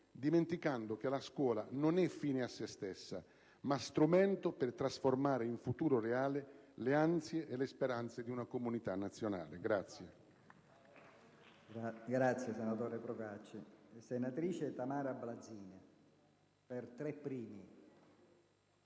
dimenticando che la scuola non è fine a se stessa, ma strumento per trasformare in futuro reale le ansie e le speranze di una comunità nazionale.